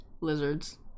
Lizards